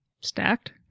Stacked